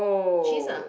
cheese lah